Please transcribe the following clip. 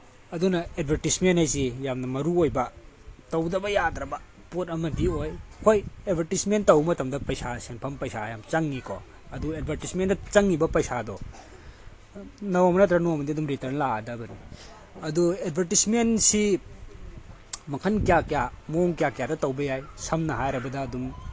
ꯑꯗꯨꯅ ꯑꯦꯠꯚꯔꯇꯤꯁꯃꯦꯟ ꯍꯥꯏꯁꯤ ꯌꯥꯝꯅ ꯃꯔꯨꯑꯣꯏꯕ ꯇꯧꯗꯕ ꯌꯥꯗ꯭ꯔꯕ ꯄꯣꯠ ꯑꯃꯗꯤ ꯑꯣꯏ ꯍꯣꯏ ꯑꯦꯠꯚꯔꯇꯤꯁꯃꯦꯟ ꯇꯧꯕ ꯃꯇꯝꯗ ꯄꯩꯁꯥ ꯁꯦꯟꯐꯝ ꯄꯩꯁꯥ ꯌꯥꯝ ꯆꯪꯉꯤꯀꯣ ꯑꯗꯨ ꯑꯦꯠꯚꯔꯇꯤꯁꯃꯦꯟꯗ ꯆꯪꯉꯤꯕ ꯄꯩꯁꯥꯗꯣ ꯅꯣꯡꯃ ꯅꯠꯇ꯭ꯔꯒ ꯅꯣꯡꯃꯒꯤ ꯑꯗꯨꯝ ꯔꯤꯇꯔꯟ ꯂꯥꯛꯑꯗꯕꯅꯤ ꯑꯗꯨ ꯑꯦꯠꯚꯔꯇꯤꯁꯃꯦꯟꯁꯤ ꯃꯈꯜ ꯀꯌꯥ ꯀꯌꯥ ꯃꯑꯣꯡ ꯀꯌꯥ ꯀꯌꯥꯗ ꯇꯧꯕ ꯌꯥꯏ ꯁꯝꯅ ꯍꯥꯏꯔꯕꯗ ꯑꯗꯨꯝ